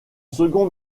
second